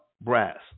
brass